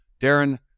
Darren